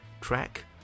track